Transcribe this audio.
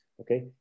Okay